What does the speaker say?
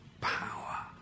power